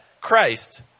Christ